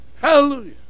Hallelujah